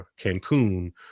Cancun